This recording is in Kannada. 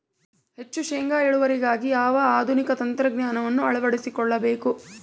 ಹೆಚ್ಚು ಶೇಂಗಾ ಇಳುವರಿಗಾಗಿ ಯಾವ ಆಧುನಿಕ ತಂತ್ರಜ್ಞಾನವನ್ನು ಅಳವಡಿಸಿಕೊಳ್ಳಬೇಕು?